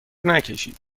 نکشید